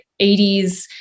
80s